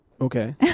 Okay